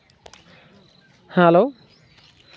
hello